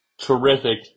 terrific